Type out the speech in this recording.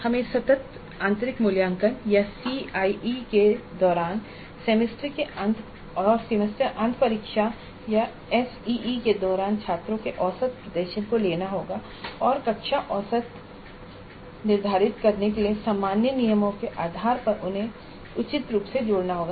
हमें सतत आंतरिक मूल्यांकन या सीआईई के दौरान और सेमेस्टर अंत परीक्षा या एसईई के दौरान छात्रों के औसत प्रदर्शन को लेना होगा और कक्षा औसत निर्धारित करने के लिए सामान्य नियमों के आधार पर उन्हें उचित रूप से जोड़ना होगा